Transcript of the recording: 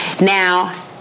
Now